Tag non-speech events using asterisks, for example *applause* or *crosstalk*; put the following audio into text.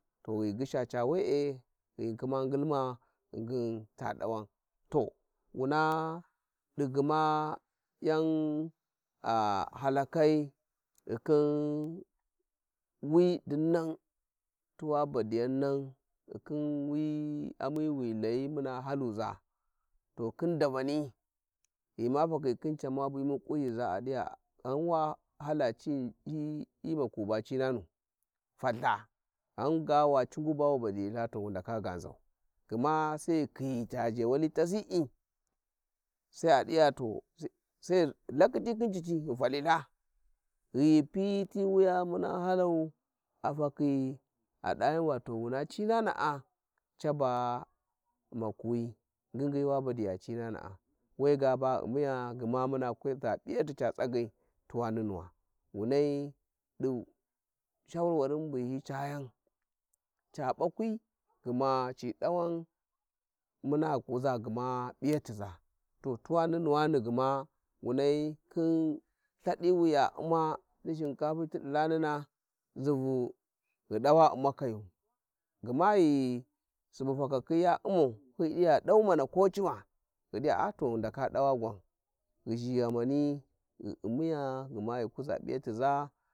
﻿To ghi gyishs ca were ghi kuma ngilma ghingin ta dawan to wus di gma *noise* jan *hesitation* halakai ghi khím wi dinnan tuwa badiyan nan ghikhin wiyi ami wa layi muna haluza to khin davani, gri ma fakhi khin can ma bimu kunyiza a diya ghan wa hala cina hi hi maku ba cinanu falltha ghan ga wa cungu ba wu badiya tha to we ga ngau, gma sai ghi khiy, ca ghewali fasi'i *noise* sai dija to as *hesitation* ghi lakkhit khin cici ghi falı Othe ghi ghu piyi, ti wuya mung halau a falchi a daya va to wuna cinakas aba makuwi ngyi ngyi wa badiya cinans'a, we ga ba ghi u`min muna tuwa nunuwana shawarin bu hi aya wungi tsagai ca dawan muna kuza gma piyatha to *noise* tuwa nunuwani gma winai khin shinkafi lthadi wi ya u'ma tidi ranina. Nzivu ghi takakhi ya ni dawa u'makayi hi diva dau mang gma ghi subu ko cima ghi diją ato ghi ndaka dawa gwan, *noise* ghi zhi ghamani ghi umiya gma ghi kuza pijatiza